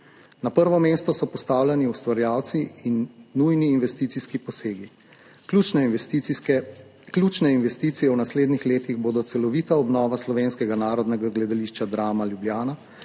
Na prvo mesto so postavljeni ustvarjalci in nujni investicijski posegi. Ključne investicije v naslednjih letih bodo: celovita obnova Slovenskega narodnega gledališča Drama Ljubljana,